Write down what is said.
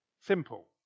Simple